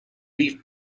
beef